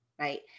right